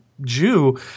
Jew